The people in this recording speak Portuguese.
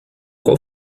qual